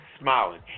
smiling